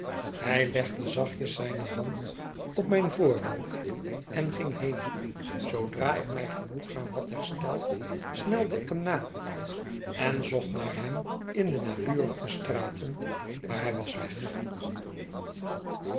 hij legde zachtjes zijne hand op mijn voorhoofd en ging heen zoodra ik mij genoegzaam had hersteld snelde ik hem na en zocht naar hem in de naburige straten maar hij was weg